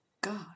God